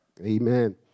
Amen